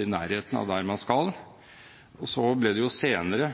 i nærheten av der man skal. Så ble det senere